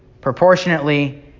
proportionately